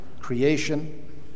Creation